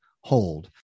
hold